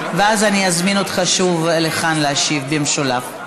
ואז אני אזמין אותך שוב לכאן להשיב במשולב.